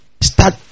start